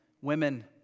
women